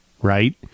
Right